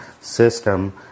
system